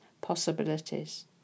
possibilities